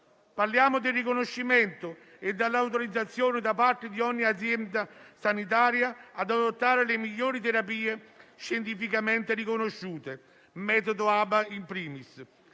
Parliamo del riconoscimento e dell'autorizzazione, da parte di ogni azienda sanitaria, ad adottare le migliori terapie scientificamente riconosciute, metodo ABA *in primis*,